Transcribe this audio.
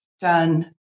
done